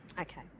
Okay